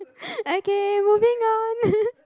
okay moving on